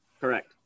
Correct